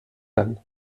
tant